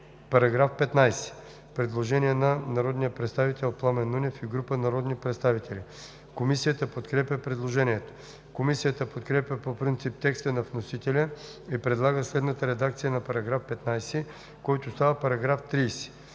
По § 15 има предложение на народния представител Пламен Нунев и група народни представители. Комисията подкрепя предложението. Комисията подкрепя по принцип текста на вносителя и предлага следната редакция на § 15, който става § 30: „§ 30.